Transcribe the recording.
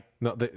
no